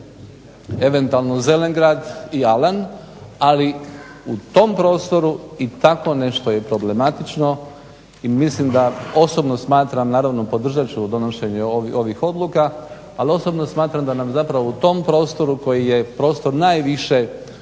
eventualno Zelengrad i Alan, ali u tom prostoru i tako nešto je problematično. I osobno smatram, naravno podržat ću donošenje ovih odluka ali osobno smatram da nam zapravo u tom prostoru koji je prostor najviše kulturne